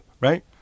right